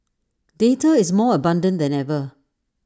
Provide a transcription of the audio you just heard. data is more abundant than ever